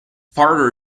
farther